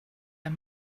and